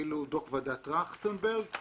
דוח ועדת טרכטנברג.